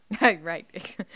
Right